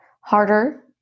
Harder